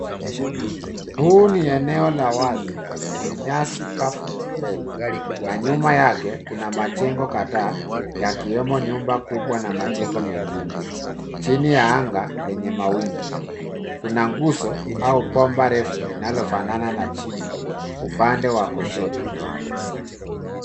Huu ni eneo la wazi, lenye nyasi kavu mbele na nyuma yake, kuna majengo kadhaa, yakiwemo nyumba kubwa na majengo mengine, chini ya anga lenye mawingu. Kuna nguzo au bomba refu, linalofanana na chimney , upande wa kushoto.